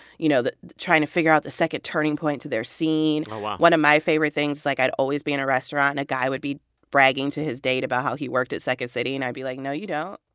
you know, the trying to figure out the second turning point to their scene oh, wow one of my favorite things is, like, i'd always be in a restaurant, and a guy would be bragging to his date about how he worked at second city, and i'd be like, no, you don't